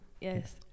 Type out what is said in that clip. Yes